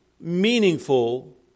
meaningful